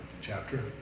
chapter